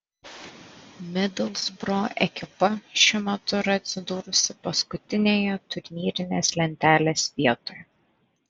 midlsbro ekipa šiuo metu yra atsidūrusi paskutinėje turnyrinės lentelės vietoje